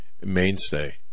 mainstay